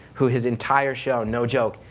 who his entire show, no joke,